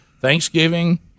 Thanksgiving